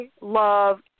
love